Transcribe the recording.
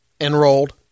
Enrolled